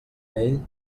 vell